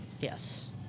Yes